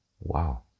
wow